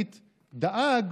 ומנדלבליט דאג,